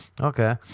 Okay